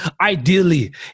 Ideally